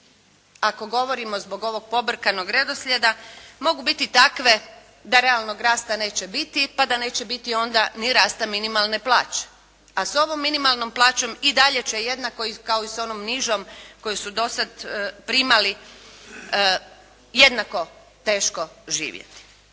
ako govorimo zbog ovog pobrkanog redoslijeda mogu biti takve da realnog rasta neće biti, pa da neće biti onda ni rasta minimalne plaće, a s ovom minimalnom plaćom i dalje će jednako kao i s onom nižom koju su dosad primali jednako teško živjeti.